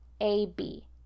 A-B